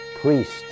priest